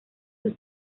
sus